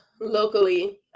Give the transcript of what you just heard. locally